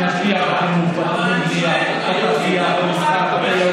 סגירת הפערים,